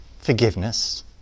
forgiveness